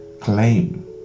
claim